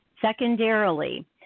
Secondarily